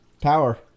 Power